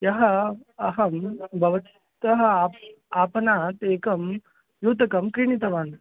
यः अहं भवतः आ आपणात् एकं युतकं क्रीणीतवान्